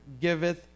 giveth